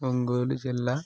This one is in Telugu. ఒంగోలు జిల్లా